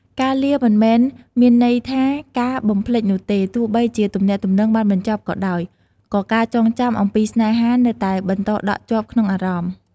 ការលាមិនមែនមានន័យថាការបំភ្លេចនោះទេ ទោះបីជាទំនាក់ទំនងបានបញ្ចប់ក៏ដោយ ក៏ការចងចាំអំពីស្នេហានៅតែបន្តដក់ជាប់ក្នុងអារម្មណ៍។